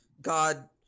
god